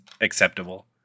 acceptable